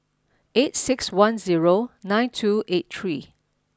eight six one zero nine two eight three